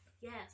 Yes